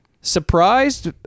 surprised